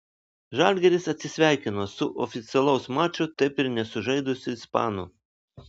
žalgiris atsisveikino su oficialaus mačo taip ir nesužaidusiu ispanu